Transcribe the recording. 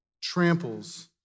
tramples